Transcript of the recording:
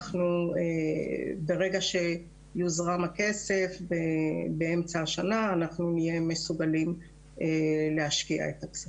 ברגע שיוזרם הכסף באמצע השנה אנחנו נהיה מסוגלים להשקיע את הכספים.